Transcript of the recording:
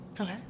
Okay